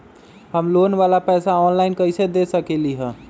हम लोन वाला पैसा ऑनलाइन कईसे दे सकेलि ह?